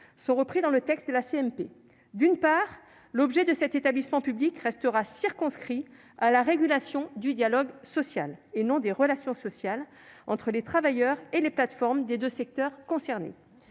ainsi repris dans le texte de la CMP. D'une part, l'objet de cet établissement public restera circonscrit à la régulation du dialogue social- et non pas des relations sociales -entre les travailleurs et les plateformes des deux secteurs concernés.